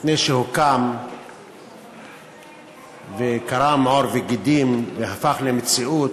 ולפני שהוקם וקרם עור וגידים והפך למציאות,